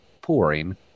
pouring